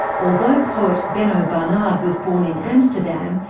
although poet benno barnard was born in amsterdam,